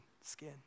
skin